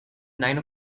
nine